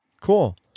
Cool